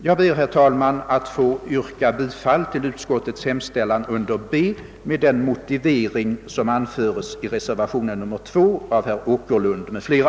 Jag ber, herr talman, att få yrka bifall till utskottets hemställan under B med den motivering, som anföres i reservationen 2 av herr Åkerlund m.fl.